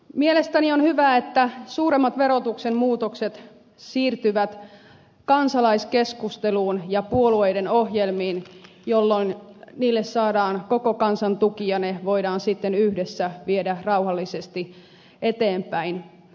mielestäni on hyvä että suuremmat verotuksen muutokset siirtyvät kansalaiskeskusteluun ja puolueiden ohjelmiin jolloin niille saadaan koko kansan tuki ja ne voidaan sitten yhdessä viedä rauhallisesti eteenpäin